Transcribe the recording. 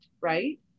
right